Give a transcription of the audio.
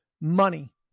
money